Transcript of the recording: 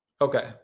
Okay